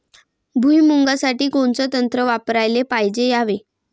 भुइमुगा साठी कोनचं तंत्र वापराले पायजे यावे?